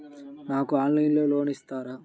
నాకు ఆన్లైన్లో లోన్ ఇస్తారా?